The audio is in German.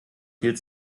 viel